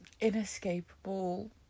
inescapable